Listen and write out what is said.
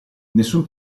nessun